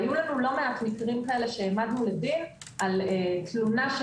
היו לנו לא מעט מקרים כאלה שהעמדנו לדין על תלונה של